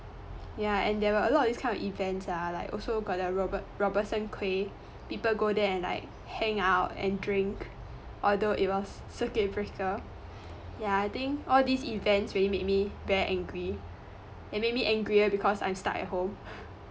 ya and there were a lot of these kind of events ah like also got that robert~ robertson quay people go there and like hang out and drink although it was circuit breaker ya I think all these events really make me very angry it made me angrier because i'm stuck at home